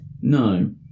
No